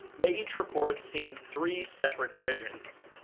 they each report seeing three sepearte visions,